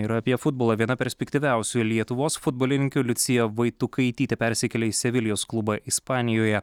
ir apie futbolą viena perspektyviausių lietuvos futbolininkių liucija vaitukaitytė persikėlė į sevilijos klubą ispanijoje